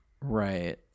Right